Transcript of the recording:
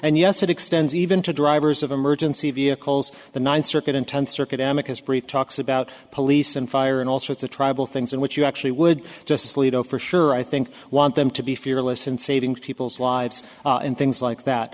and yes it extends even to drivers of emergency vehicles the ninth circuit in tenth circuit amec has brief talks about police and fire and all sorts of tribal things and what you actually would just lead oh for sure i think want them to be fearless in saving people's lives and things like that